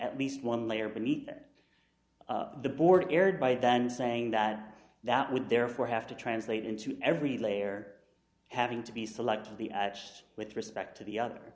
at least one layer beneath it the board erred by then saying that that would therefore have to translate into every layer having to be selective the with respect to the other